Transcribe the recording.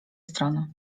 strony